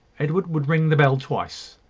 edward would ring the bell twice,